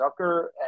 Zucker